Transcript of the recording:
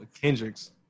Kendrick's